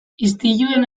istiluen